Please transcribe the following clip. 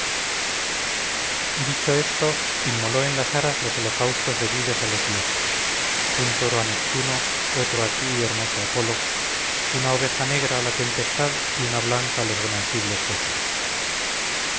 cretenses dicho esto inmoló en las aras los holocaustos debidos a los dioses un toro a neptuno otro a ti hermoso apolo una oveja negra a la tempestad y una blanca a los bonancibles